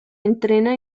entrena